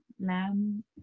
Lamb